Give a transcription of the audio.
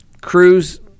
Cruz